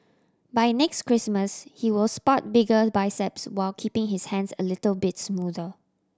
by next Christmas he will spot bigger biceps while keeping his hands a little bit smoother